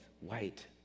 white